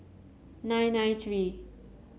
nine nine three